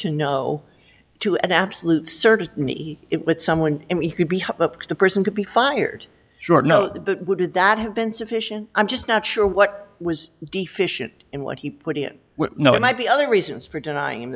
to know to an absolute certainty it with someone and he could be helped the person could be fired short know that would that have been sufficient i'm just not sure what was deficient in what he put it no it might be other reasons for denying